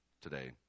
today